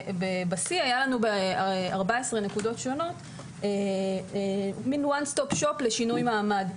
בשיא היו לנו ב-14 נקודות שונות משהו כמו One stop shop לשינוי מעמד.